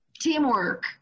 Teamwork